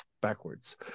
backwards